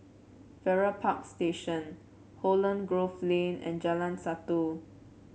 Farrer Park Station Holland Grove Lane and Jalan Satu